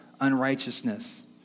unrighteousness